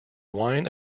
wine